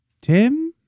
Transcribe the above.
Tim